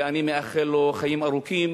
ואני מאחל לו חיים ארוכים,